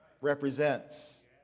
represents